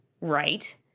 right